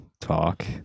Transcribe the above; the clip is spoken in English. talk